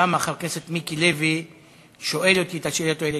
למה חבר הכנסת מיקי לוי שואל אותי את השאלות האלה,